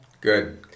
Good